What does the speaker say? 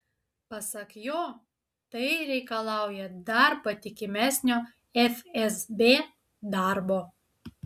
pasak jo tai reikalauja dar patikimesnio fsb darbo